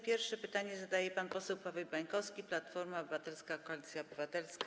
Pierwsze pytanie zadaje pan poseł Paweł Bańkowski, Platforma Obywatelska - Koalicja Obywatelska.